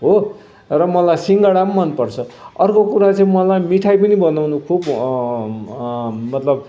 हो र मलाई सिङ्गडा मन पर्छ अर्को कुरा चाहिँ मलाई मिठाई पनि बनाउनु खुब मतलब